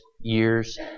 years